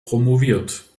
promoviert